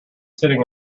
sitting